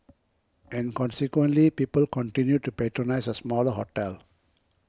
and consequently people continued to patronise a smaller hotel